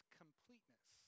completeness